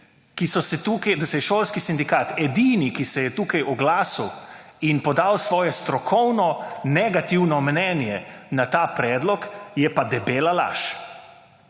ki so se tukaj, da se je šolski sindikat edini, ki se je tukaj oglasil in podal svoje strokovno negativno mnenje, na ta predlog, je pa debela laž.